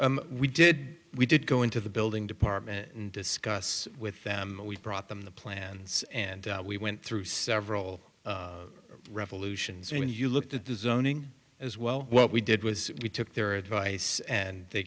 out we did we did go into the building department and discuss with them we brought them the plans and we went through several revolutions and when you looked at the zoning as well what we did was we took their advice and they